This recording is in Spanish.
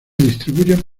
distribuyen